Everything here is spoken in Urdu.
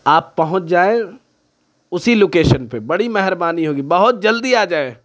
آپ پہنچ جائیں اسی لوکیشن پہ بڑی مہربانی ہوگی بہت جلدی آ جائیں